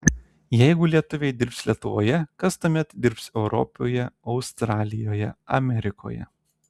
jeigu lietuviai dirbs lietuvoje kas tuomet dirbs europoje australijoje amerikoje